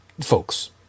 folks